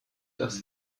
dass